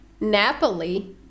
napoli